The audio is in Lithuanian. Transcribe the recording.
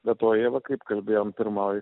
be to jie va kaip kalbėjom pirmoj